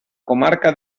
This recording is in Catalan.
comarca